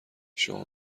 شما